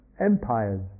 empires